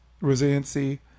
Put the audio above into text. resiliency